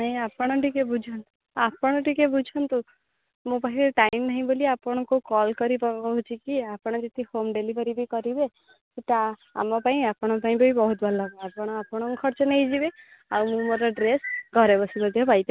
ଆପଣ ଟିକେ ବୁଝ ଆପଣ ଟିକେ ବୁଝନ୍ତୁ ମୋ ପାଖରେ ଟାଇମ୍ ନାହିଁ ବୋଲି ଆପଣଙ୍କୁ କଲ୍ କରି କହୁଛି କି ଆପଣ ଯେତିକି ହୋମ୍ ଡେଲିଭରି ବି କରିବେ ସେଟା ଆମପାଇଁ ଆପଣଙ୍କ ପାଇଁ ବି ବହୁତ ଭଲ ହେବ ଆପଣ ଆପଣଙ୍କ ଖର୍ଚ୍ଚ ନେଇଯିବେ ଆଉ ମୁଁ ମୋର ଡ୍ରେସ୍ ଘରେ ବସି ମଧ୍ୟ ପାଇପାରିବି